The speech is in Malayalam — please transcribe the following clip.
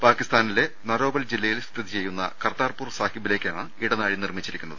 പാക്കിസ്ഥാനിലെ നരോ വൽ ജില്ലയിൽ സ്ഥിതിചെയ്യുന്ന കർതാർപൂർ സാഹിബിലേക്കാണ് ഇടനാഴി നിർമ്മിച്ചിരിക്കുന്നത്